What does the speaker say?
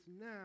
now